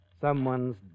Someone's